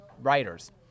writers